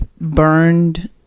burned